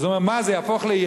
אז הוא אומר: מה, זה יהפוך לאירן?